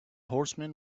horseman